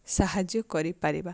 ସାହାଯ୍ୟ କରିପାରିବା